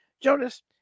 Jonas